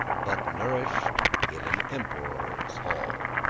but nourish'd in an emperore's hall.